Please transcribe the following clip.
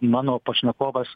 mano pašnekovas